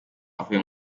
avuye